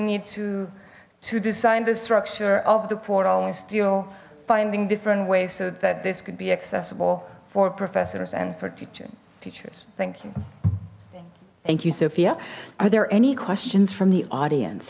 need to to design the structure of the portal we still finding different ways so that this could be accessible for professors and for teaching teachers thank you thank you sophia are there any questions from the audience